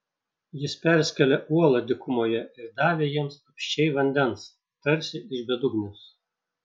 jis perskėlė uolą dykumoje ir davė jiems apsčiai vandens tarsi iš bedugnės